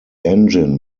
engine